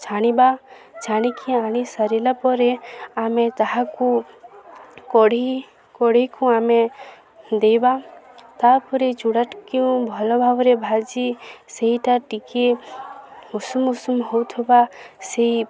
ଛାଣିବା ଛାଣିକି ଆଣି ସାରିଲା ପରେ ଆମେ ତାହାକୁ କଢ଼ିକୁ ଆମେ ଦେବା ତା'ପରେ ଚୂଡ଼ାଟକୁ ଭଲ ଭାବରେ ଭାଜି ସେଇଟା ଟିକେ ଉଷୁମ ଉଷୁମ ହେଉଥିବା ସେଇ